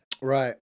Right